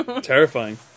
terrifying